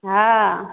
हँ